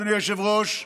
אדוני היושב-ראש,